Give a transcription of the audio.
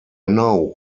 know